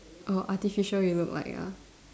err artificial you look like ah